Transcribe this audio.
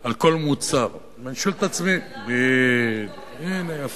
על כל מוצר, ואני שואל את עצמי, על הממשלה